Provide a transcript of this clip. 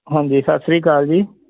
ਹਾਂਜੀ ਸਤਿ ਸ਼੍ਰੀ ਅਕਾਲ ਜੀ